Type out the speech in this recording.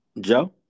Joe